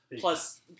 Plus